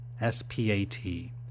S-P-A-T